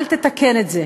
אל תתקן את זה.